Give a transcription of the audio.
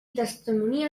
testimonia